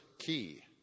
key